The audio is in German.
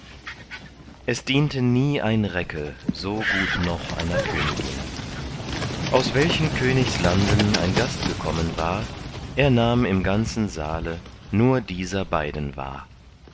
es diente nie ein recke so gut noch einer königin aus welchen königs landen ein gast gekommen war er nahm im ganzen saale nur dieser beiden wahr